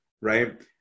Right